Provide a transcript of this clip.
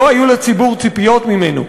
לא היו לציבור ציפיות ממנו.